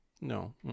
No